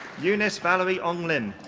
eunice valerie ong lim.